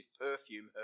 perfume